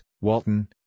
Walton